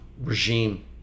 regime